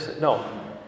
no